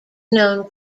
known